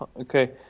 okay